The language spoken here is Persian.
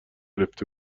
گرفته